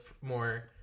more